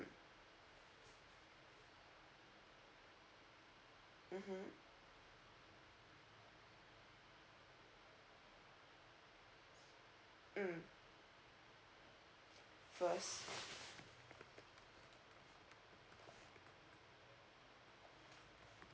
mmhmm mm first